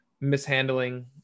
mishandling